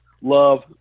love